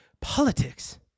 politics